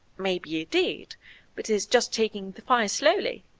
maybe it did, but is just taking fire slowly.